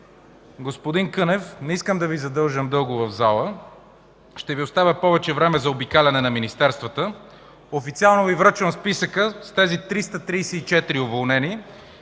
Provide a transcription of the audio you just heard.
Господин Кънев, не искам да Ви задържам дълго в залата, ще Ви оставя повече време за обикаляне на министерствата. Официално Ви връчвам списъка с тези 334 уволнени